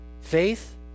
Faith